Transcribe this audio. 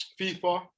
FIFA